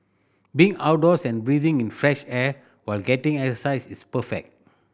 being outdoors and breathing in fresh air while getting exercise is perfect